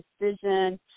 decision